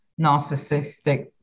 narcissistic